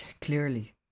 Clearly